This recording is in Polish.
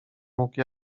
mógł